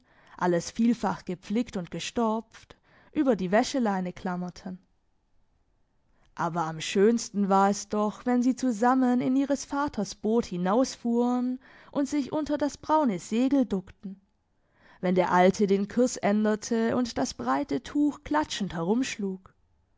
alles vielfach gepflickt und gestopft über die wäscheleine klammerten aber am schönsten war es doch wenn sie zusammen in ihres vaters boot hinausfuhren und sich unter das braune segel duckten wenn der alte den kurs änderte und das breite tuch klatschend